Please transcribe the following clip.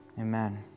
amen